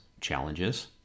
challenges